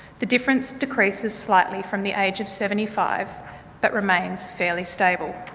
the difference decreases slightly from the age of seventy five but remains fairly stable.